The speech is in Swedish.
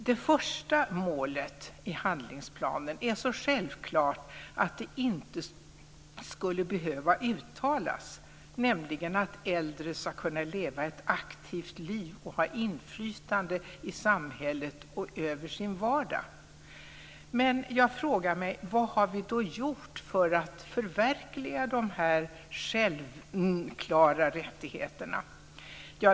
Det första målet i handlingsplanen är så självklart att det inte borde behöva uttalas, nämligen att äldre ska kunna leva ett aktivt liv och ha inflytande i samhället och över sin vardag. Men jag frågar mig: Vad har vi gjort för att förverkliga de här självklara rättigheterna?